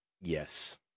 yes